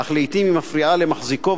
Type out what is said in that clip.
אך לעתים הוא מפריע למחזיקו,